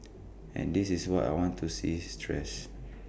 and this is what I want to see stress